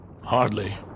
Hardly